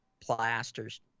plasters